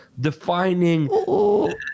defining